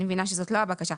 אני מבינה שזאת לא הבקשה.